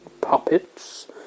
puppets